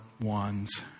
one's